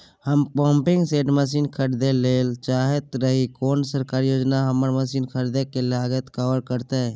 हम pumping set machine खरीदैय ल चाहैत रही कोन सरकारी योजना हमर मसीन खरीदय के लागत कवर करतय?